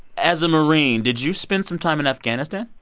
as a marine, did you spend some time in afghanistan?